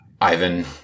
ivan